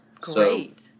Great